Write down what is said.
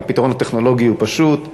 הפתרון הטכנולוגי הוא פשוט,